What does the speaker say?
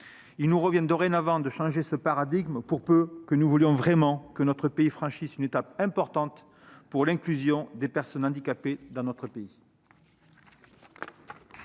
Il nous revient dorénavant de changer ce paradigme, pour peu que nous voulions réellement que notre pays franchisse une étape importante pour l'inclusion des personnes handicapées. La parole est